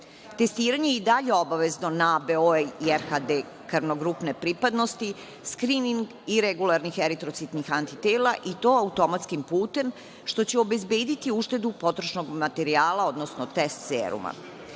Testiranje je i dalje obavezno BO i RHD krvnogrupne pripadnosti, skrining iregularnih eritrocitnih antitela i to automatskim putem, što će obezbediti uštedu potrošnog materijala, odnosno test seruma,